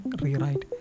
rewrite